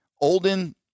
Olden